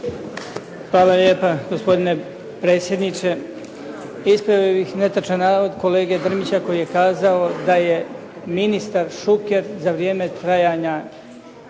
Hvala lijepa gospodine predsjedniče. Pa ispravio bih netočan navod kolege Drmića koji je kazao da je ministar Šuker za vrijeme trajanja